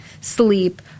sleep